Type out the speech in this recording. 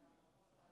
ענת כנפו,